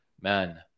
Man